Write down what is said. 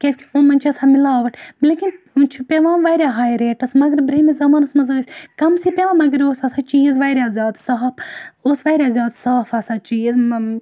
کیازِ کہِ یِمَن چھِ آسان مِلاوَٹ لیکِن چھُ پیٚوان واریاہ ہاے ریٹَس مَگر بِرہمہِ زمانَس مَنٛز ٲسۍ کَمسٕے پیٚوان مَگر یہِ اوس آسان چیز واریاہ زیادٕ صاف اوس واریاہ زیادٕ صاف آسان چیز